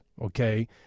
okay